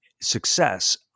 success